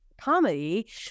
comedy